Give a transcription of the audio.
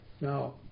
Now